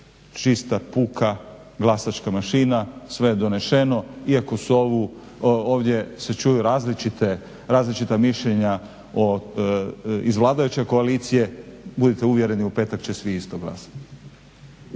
čista puka glasačka mašina, sve je donešeno iako su ovu, ovdje se čuju različite, različita mišljenja iz vladajuće koalicije, budite uvjereni u petak će svi isto glasati.